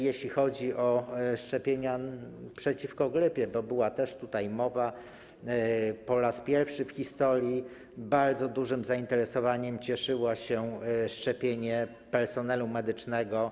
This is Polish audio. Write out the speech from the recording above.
Jeśli chodzi o szczepienia przeciwko grypie, bo o tym też była tutaj mowa, po raz pierwszy w historii bardzo dużym zainteresowaniem cieszyło się szczepienie personelu medycznego.